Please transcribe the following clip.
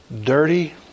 dirty